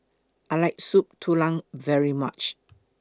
I like Soup Tulang very much